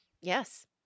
Yes